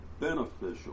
beneficial